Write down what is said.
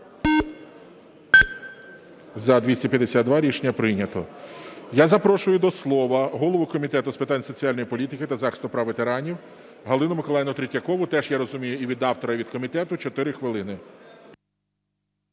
За-252 Рішення прийнято. Я запрошую до слова голову Комітету з питань соціальної політики та захисту прав ветеранів Галину Миколаївну Третьякову. Теж, я розумію, і від автора, і від комітету – 4 хвилини.